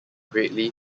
greatly